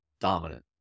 dominant